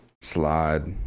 Slide